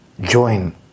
join